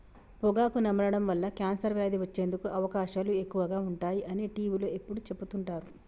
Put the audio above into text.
పొగాకు నమలడం వల్ల కాన్సర్ వ్యాధి వచ్చేందుకు అవకాశాలు ఎక్కువగా ఉంటాయి అని టీవీలో ఎప్పుడు చెపుతుంటారు